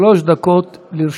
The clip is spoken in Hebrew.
שלוש דקות לרשותך.